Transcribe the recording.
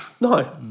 No